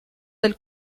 del